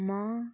म